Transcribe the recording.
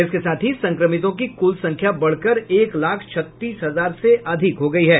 इसके साथ ही संक्रमितों की कुल संख्या बढ़कर एक लाख छत्तीस हजार से अधिक हो गयी है